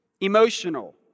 emotional